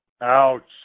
Ouch